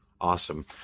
awesome